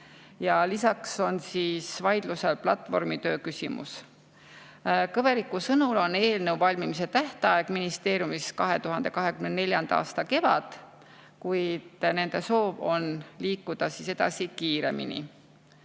Lisaks on vaidluse all platvormitöö küsimus. Kõveriku sõnul on eelnõu valmimise tähtajaks ministeeriumis pandud 2024. aasta kevad, kuid nende soov on liikuda edasi kiiremini.